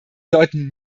leuten